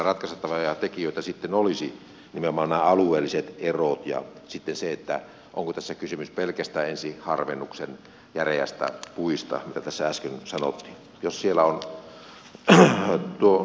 siellä ratkaistavia tekijöitä sitten olisivat nimenomaan nämä alueelliset erot ja sitten se onko tässä kysymys pelkästään ensiharvennuksen järeistä puista mitä tässä äsken sanottiin